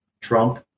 trump